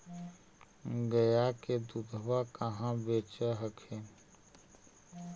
गया के दूधबा कहाँ बेच हखिन?